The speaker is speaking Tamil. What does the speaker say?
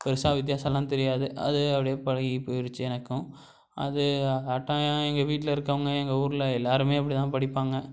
பெரிசா வித்தியாசெமெல்லாம் தெரியாது அது அப்படியே பழகி போயிருச்சு எனக்கும் அது கட்டாயம் எங்கள் வீட்டில் இருக்கறவங்க எங்கள் ஊரில் எல்லோருமே அப்படி தான் படிப்பாங்க